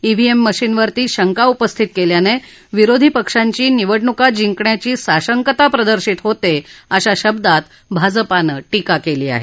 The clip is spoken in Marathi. ईव्हीएम मशीनवरती शंका उपस्थित केल्याने विरोधी पक्षांची निवडणुका जिंकण्याची साशंकता प्रदर्शित होते अशा शब्दात भाजपानं टीका केली आहे